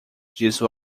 disse